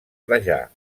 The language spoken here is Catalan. trajà